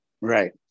Right